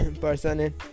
person